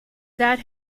that